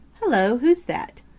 hello! who's that?